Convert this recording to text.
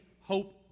hope